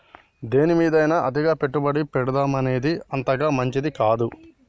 దేనిమీదైనా అతిగా పెట్టుబడి పెట్టడమనేది అంతగా మంచిది కాదు